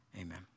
Amen